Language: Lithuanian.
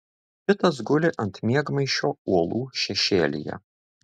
pitas guli ant miegmaišio uolų šešėlyje